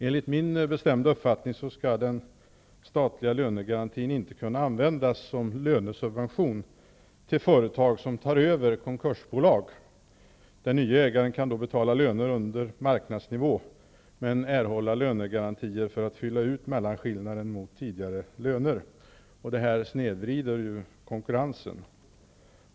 Enligt min bestämda uppfattning skall den statliga lönegarantin inte kunna användas som lönesubvention till företag som tar över konkursbolag, där den nya ägaren kan betala löner under marknadsnivå men erhålla lönegarantier för att fylla ut mellanskillnaden mellan tidigare och nuvarande löner. Detta snedvrider konkurrensen.